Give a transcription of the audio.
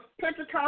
Pentecost